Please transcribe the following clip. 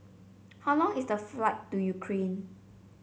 how long is the flight to Ukraine